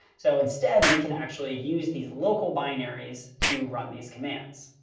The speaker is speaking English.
so instead, we can actually use these local binaries to run these commands.